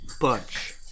bunch